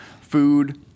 food